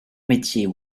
métier